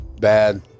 bad